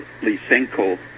Lysenko